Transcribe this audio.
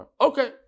Okay